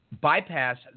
bypass